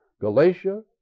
Galatia